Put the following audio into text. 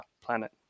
planet